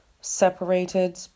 separated